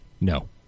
No